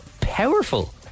powerful